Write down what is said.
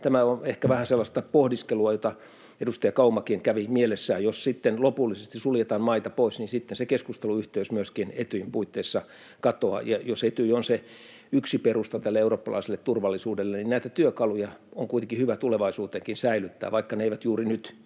tämä on ehkä vähän sellaista pohdiskelua, jota edustaja Kaumakin kävi mielessään, että jos sitten lopullisesti suljetaan maita pois, niin sitten se keskusteluyhteys myöskin Etyjin puitteissa katoaa. Ja jos Etyj on se yksi perusta tälle eurooppalaisille turvallisuudelle, niin näitä työkaluja on kuitenkin hyvä tulevaisuuteenkin säilyttää, vaikka ne eivät juuri nyt